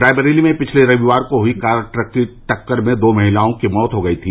रायबरेली में पिछले रविवार को हुई कार ट्रक की टक्कर में दो महिलाओं की मौत हो गई थी